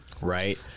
Right